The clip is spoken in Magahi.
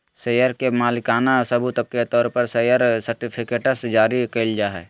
शेयर के मालिकाना सबूत के तौर पर शेयर सर्टिफिकेट्स जारी कइल जाय हइ